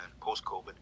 post-COVID